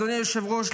אדוני היושב-ראש,